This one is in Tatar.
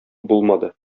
булмады